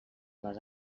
les